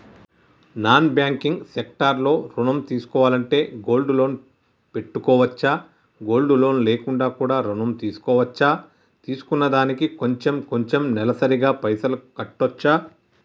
Non banking sector లో ఋణం తీసుకోవాలంటే గోల్డ్ లోన్ పెట్టుకోవచ్చా? గోల్డ్ లోన్ లేకుండా కూడా ఋణం తీసుకోవచ్చా? తీసుకున్న దానికి కొంచెం కొంచెం నెలసరి గా పైసలు కట్టొచ్చా?